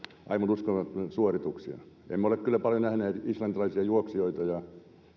aivan uskomattomia suorituksia emme ole kyllä paljon nähneet islantilaisia juoksijoita ja